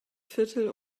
viertel